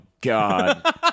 God